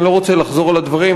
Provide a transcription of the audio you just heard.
אני לא רוצה לחזור על הדברים,